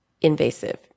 invasive